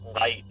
light